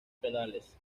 penales